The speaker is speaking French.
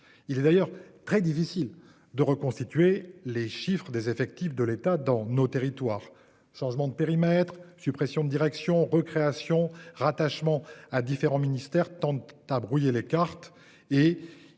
Il est d'ailleurs très difficile de reconstituer les chiffres des effectifs de l'État dans nos territoires, changement de périmètre suppressions de direction recréation rattachement à différents ministères tendent à brouiller les cartes